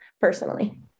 personally